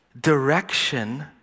direction